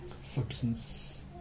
substance